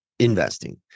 Investing